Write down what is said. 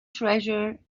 treasure